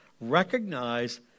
recognize